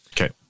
Okay